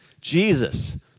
Jesus